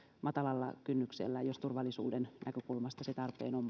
matalalla kynnyksellä jos turvallisuuden näkökulmasta se tarpeen on